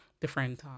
different